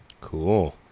Cool